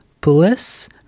Bliss